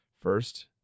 First